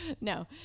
No